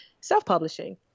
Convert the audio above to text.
self-publishing